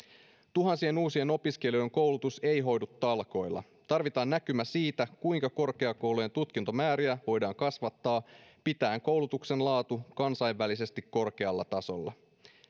tuhansien uusien opiskelijoiden koulutus ei hoidu talkoilla tarvitaan näkymä siitä kuinka korkeakoulujen tutkintomääriä voidaan kasvattaa pitäen koulutuksen laatu kansainvälisesti korkealla tasolla